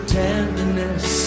tenderness